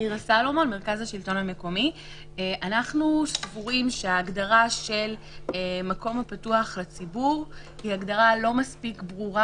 אנחנו סבורים שההגדרה של "מקום הפתוח לציבור" היא הגדרה לא מספיק ברורה.